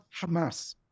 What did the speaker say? Hamas